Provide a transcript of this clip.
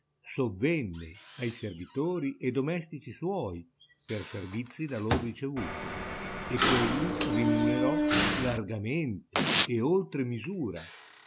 sovenne ai servitori e domestici suoi per servizii da lor ricevuti e quelli rimunerò largamente e oltre misura